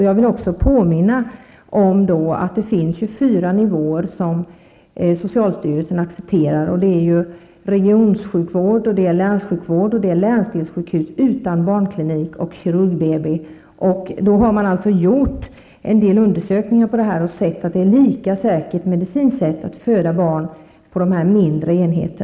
Jag vill också påminna om att det finns fyra nivåer som socialstyrelsen accepterar, nämligen regionssjukvård, länssjukvård, landstingssjukhus utan barnklinik och kirurg-BB. Man har alltså gjort en del undersökningar om detta och sett att det medicinskt sett är lika säkert att föda barn på dessa mindre enheter.